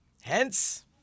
Hence